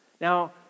Now